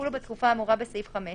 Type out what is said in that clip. יחולו בתקופה האמורה בסעיף 5,